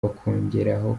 bakongeraho